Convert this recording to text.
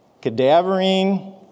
cadaverine